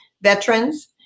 veterans